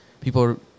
People